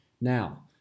Now